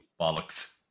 Bollocks